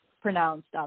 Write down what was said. pronounced